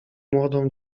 młodą